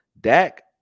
dak